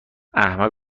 احمق